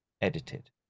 edited